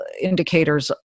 indicators